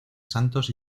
santos